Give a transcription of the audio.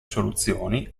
soluzioni